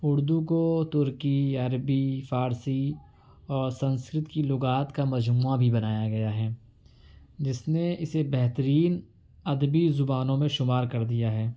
اردو کو ترکی عربی فارسی اور سنسکرت کی لغات کا مجموعہ بھی بنایا گیا ہے جس نے اسے بہترین ادبی زبانوں میں شمار کر دیا ہے